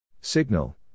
Signal